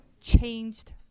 changed